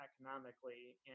economically